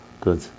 Good